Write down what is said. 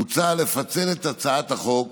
מוצע לפצל את הצעת החוק